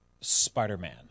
spider-man